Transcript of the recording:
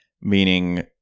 Meaning